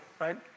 right